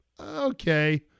okay